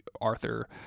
Arthur